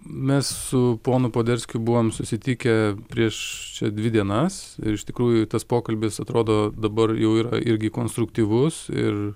mes su ponu poderskiu buvom susitikę prieš čia dvi dienas ir iš tikrųjų tas pokalbis atrodo dabar jau yra irgi konstruktyvus ir